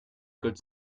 code